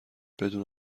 بدون